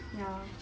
ya